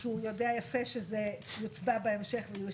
כי הוא יודע יפה שתהיה הצבעה בהמשך.